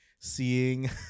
Seeing